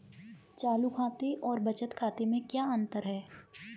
चालू खाते और बचत खाते में क्या अंतर है?